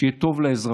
שיהיה טוב לאזרחים,